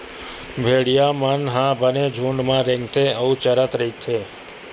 भेड़िया मन ह बने झूंड म रेंगथे अउ चरत रहिथे